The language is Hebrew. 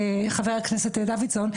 חבר הכנסת דוידסון,